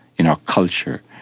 in our culture,